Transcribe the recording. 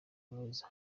mwiza